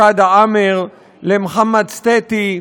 לשאדה עאמר, למוחמד סתיטי,